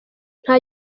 nta